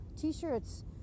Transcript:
t-shirts